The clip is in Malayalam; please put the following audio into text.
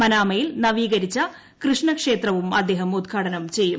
മനാമയിൽ നവീകരിച്ച കൃഷ്ണക്ഷേത്രവും അദ്ദേഹം ഉദ്ഘാടനം ചെയ്യും